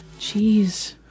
Jeez